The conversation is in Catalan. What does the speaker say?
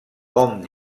hom